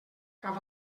cap